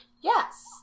Yes